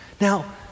Now